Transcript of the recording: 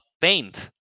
Paint